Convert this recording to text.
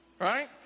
right